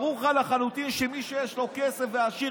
ברור לך לחלוטין שמי שיש לו כסף והוא עשיר,